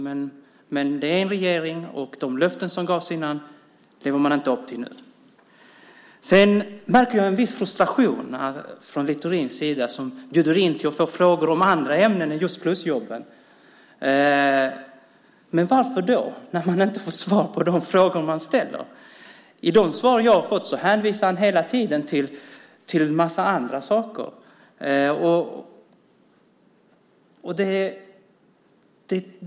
Men det är en regering, och man lever inte upp till de löften som gavs innan valet. Jag märker en viss frustration från Littorins sida. Han bjuder in till att få frågor om andra ämnen än om just plusjobben. Men varför, när man inte får svar på de frågor man ställer? I de svar jag har fått hänvisar han hela tiden till en massa andra saker.